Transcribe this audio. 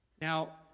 Now